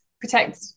protect